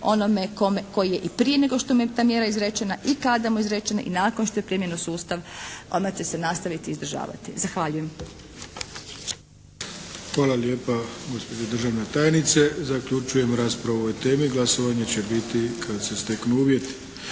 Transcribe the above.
onome koji je i prije nego što mu je ta mjere izrečena i kada mu je izrečena i nakon što je primljen u sustav odmah će se nastaviti izdržavati. Zahvaljujem. **Arlović, Mato (SDP)** Hvala lijepa gospođo državna tajnice. Zaključujem raspravu o ovoj temi. Glasovanje će biti kada se steknu uvjeti.